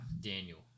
Daniel